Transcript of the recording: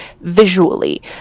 visually